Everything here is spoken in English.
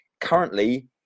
Currently